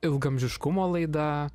ilgaamžiškumo laida